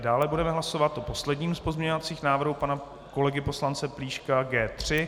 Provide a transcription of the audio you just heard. Dále budeme hlasovat o posledním z pozměňovacích návrhů pana kolegy poslance Plíška G3.